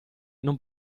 non